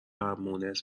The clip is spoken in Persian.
مونس